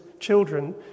children